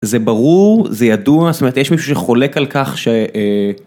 זה ברור, זה ידוע, זאת אומרת יש מישהו שחולק על כך ש...